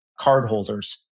cardholders